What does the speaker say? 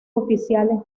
oficiales